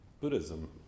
Buddhism